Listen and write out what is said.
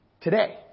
today